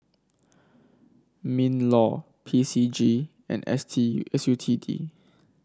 Minlaw P C G and S T U S U T D